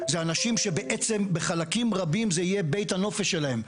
אנשים שבעצם בחלקים רבים זה יהיה בית הנופש שלהם,